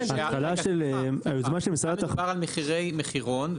פה מדובר על מחירי מחירון,